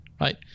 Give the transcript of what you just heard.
Right